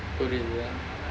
புரியுது:puriyuthu